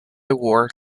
war